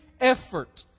effort